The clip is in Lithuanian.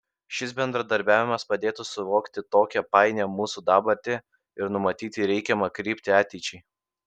šis bendradarbiavimas padėtų suvokti tokią painią mūsų dabartį ir numatyti reikiamą kryptį ateičiai